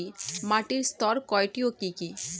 মাটির স্তর কয়টি ও কি কি?